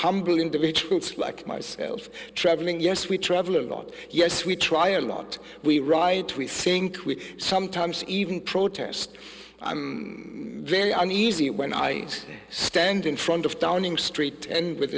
humble individuals like myself traveling yes we travel a lot yes we try a lot we ride we think we sometimes even protest i'm very uneasy when i stand in front of downing street and with